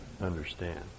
understand